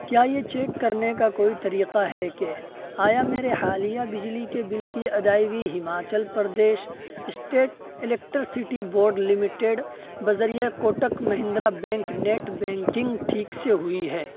کیا یہ چیک کرنے کا کوئی طریقہ ہے کہ آیا میرے حالیہ بجلی کے بل کی ادائیگی Himachal Pradesh state electricity board limited بذریعہ Kotak Mahindra bank net banking ٹھیک سے ہوئی ہے